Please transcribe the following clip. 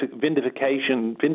vindication